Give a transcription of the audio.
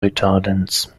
retardants